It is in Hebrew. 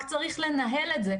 רק צריך לנהל את זה,